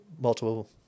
multiple